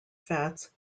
fats